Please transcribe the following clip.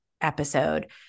episode